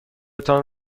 تان